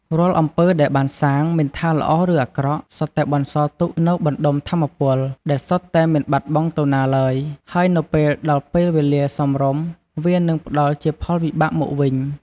រាល់អំពើដែលបានសាង មិនថាល្អឬអាក្រក់ សុទ្ធតែបន្សល់ទុកនូវបណ្តុំថាមពល ដែលសុទ្ធតែមិនបាត់បង់ទៅណាឡើយហើយនៅពេលដល់ពេលវេលាសមរម្យ វានឹងផ្ដល់ជាផលវិបាកមកវិញ។